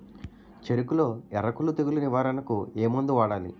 చెఱకులో ఎర్రకుళ్ళు తెగులు నివారణకు ఏ మందు వాడాలి?